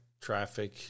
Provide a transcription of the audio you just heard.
traffic